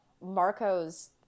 Marco's